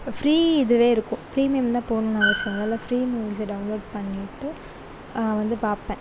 free இதுவே இருக்கும் premium தான் போட்ணுன்னு அவசியம் இல்லை ஃப்ரீ மூவிஸை டவுன்லோட் பண்ணிவிட்டு வந்து பாப்பேன்